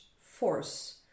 force